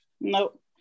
Nope